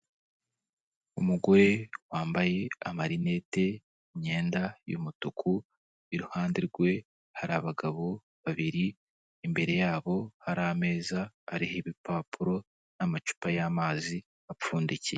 Umugore wambaye amarinete, imyenda y'umutuku, iruhande rwe hari abagabo babiri, imbere yabo hari ameza ariho ibipapuro n'amacupa y'amazi apfundikiye.